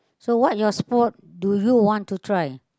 so what your sport do you want to try